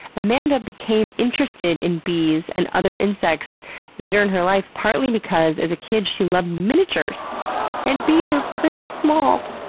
amanda became interested in bees and other insects later in her life partly because as a kid, she loved miniatures and bees are pretty small.